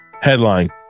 Headline